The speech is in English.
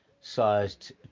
sized